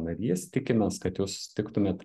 narys tikimės kad jūs susitiktumėt